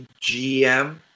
GM